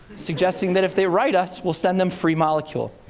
suggesting that if they write us, we'll send them free molecule.